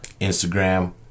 Instagram